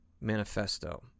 manifesto